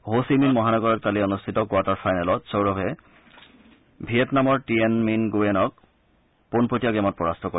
হো Chi Minh মহানগৰত কালি অনুষ্ঠিত কোৱাৰ্টাৰ ফাইনেলত সৌৰভে ভিয়েটনামৰ টিয়েন মিন গুয়েনক পোনপটীয়া গেমত পৰাস্ত কৰে